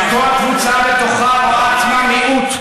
שכל קבוצה בתוכה רואה עצמה מיעוט,